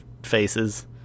faces